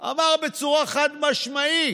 הוא אמר בצורה חד-משמעית: